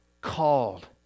called